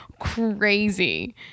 crazy